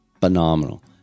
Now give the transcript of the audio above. phenomenal